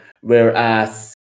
Whereas